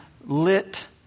lit